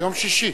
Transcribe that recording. ביום שישי.